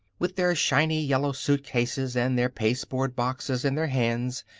with their shiny yellow suitcases and their pasteboard boxes in their hands,